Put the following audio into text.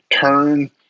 turn